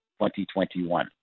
2021